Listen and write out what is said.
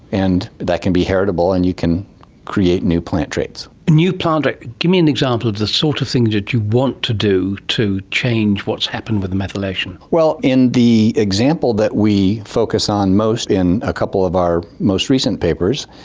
and that can be heritable and you can create new plant traits. ah give me an example of the sort of thing that you want to do to change what's happened with the methylation. well, in the example that we focus on most in a couple of our most recent papers,